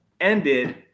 ended